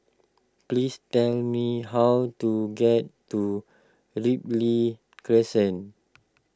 please tell me how to get to Ripley Crescent